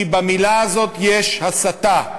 כי במילה הזאת יש הסתה,